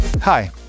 Hi